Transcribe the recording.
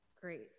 Great